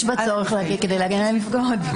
יש צורך, להגן על הנפגעות.